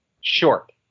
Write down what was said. short